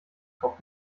drauf